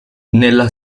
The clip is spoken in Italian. nella